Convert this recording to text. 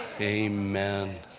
Amen